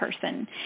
person